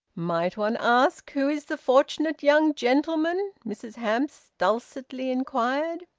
might one ask who is the fortunate young gentleman? mrs hamps dulcetly inquired.